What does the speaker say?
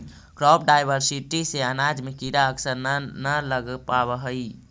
crop diversity से अनाज में कीड़ा अक्सर न न लग पावऽ हइ